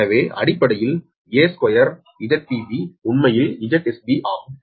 எனவே அடிப்படையில்𝒂𝟐𝒁𝒑B உண்மையில் 𝒁𝒔B ஆகும்